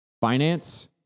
Finance